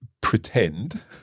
pretend